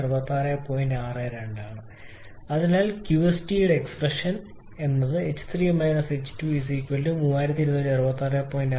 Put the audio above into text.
അതിനാൽ ഞാൻ താഴെ qST നായി എക്സ്പ്രഷൻ മാറ്റിയെഴുതുന്നു ℎ3 ℎ2 3266